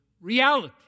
reality